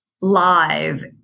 live